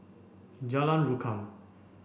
Jalan Rukam